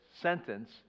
sentence